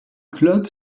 club